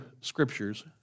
scriptures